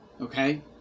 okay